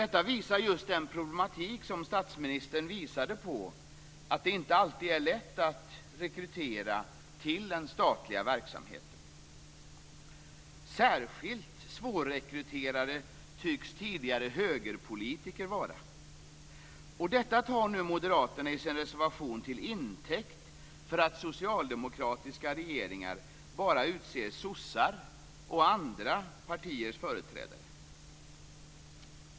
Detta visar just den problematik som statsministern också visade på - det är inte alltid lätt att rekrytera till den statliga verksamheten. Särskilt svårrekryterade tycks tidigare högerpolitiker vara. Detta tar nu Moderaterna i sin reservation till intäkt för att socialdemokratiska regeringar bara utser sossar och vissa andra partiers företrädare.